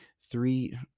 three